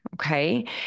Okay